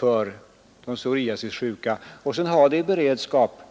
Sådana tillverkningsprojekt borde finnas i beredskap